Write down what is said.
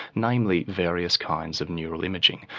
namely various kinds of neural imaging.